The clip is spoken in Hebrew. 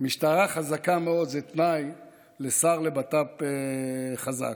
משטרה חזקה מאוד זה תנאי לשר לבט"פ חזק.